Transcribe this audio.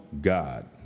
God